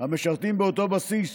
המשרתים באותו בסיס